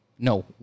No